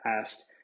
asked